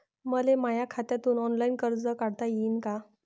मले माया खात्यातून ऑनलाईन कर्ज काढता येईन का?